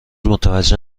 متوجه